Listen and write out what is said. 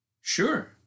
Sure